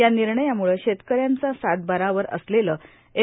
या निर्णयामुळं शेतक यांचा सातबारावर असलेलं एम